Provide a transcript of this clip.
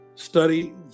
study